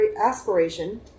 aspiration